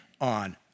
on